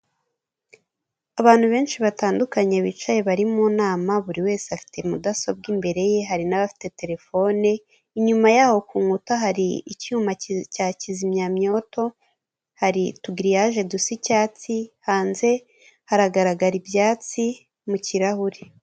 Abantu benshi batandukanye bicaye bari mu nama buri wese afite mudasobwa imbere ye hari n'abafite terefone inyuma yaho ku nkuta hari icyuma cya kizimyamyoto hari utugiriyaje dusa icyatsi hanze haragaragara ibyatsi mu kirahure.